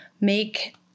make